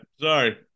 Sorry